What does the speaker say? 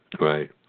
right